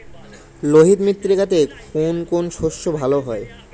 লোহিত মৃত্তিকাতে কোন কোন শস্য ভালো হয়?